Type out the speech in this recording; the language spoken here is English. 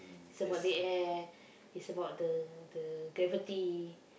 it's about the air it's about the the gravity